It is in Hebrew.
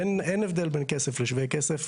אין הבדל בין כסף לשווה כסף.